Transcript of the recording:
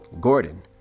Gordon